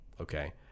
Okay